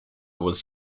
was